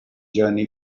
journey